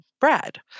Brad